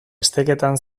esteketan